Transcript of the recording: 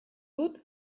dut